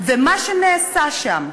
מה שנעשה שם,